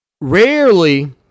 Rarely